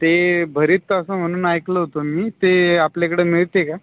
ते भरीत असं म्हणून ऐकलं होतं मी ते आपल्या इकडं मिळते का